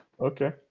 Okay